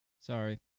sorry